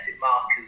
markers